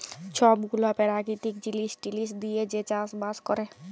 ছব গুলা পেরাকিতিক জিলিস টিলিস দিঁয়ে যে চাষ বাস ক্যরে